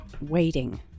waiting